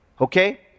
Okay